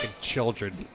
children